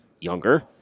younger